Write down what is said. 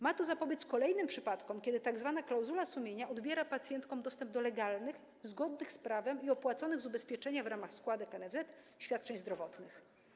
Ma to zapobiec kolejnym przypadkom, kiedy tzw. klauzula sumienia odbiera pacjentkom dostęp do legalnych, zgodnych z prawem i opłacanych przez ubezpieczonych w ramach składek na NFZ świadczeń zdrowotnych.